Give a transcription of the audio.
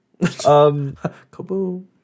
Kaboom